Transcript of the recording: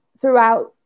throughout